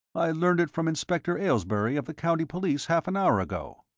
i learned it from inspector aylesbury of the county police half an hour ago.